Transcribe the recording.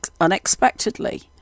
unexpectedly